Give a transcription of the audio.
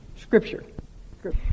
Scripture